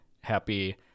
happy